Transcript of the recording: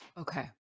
okay